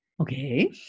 Okay